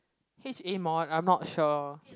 H a mod I'm not sure